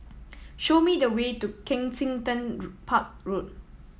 show me the way to Kensington Road Park Road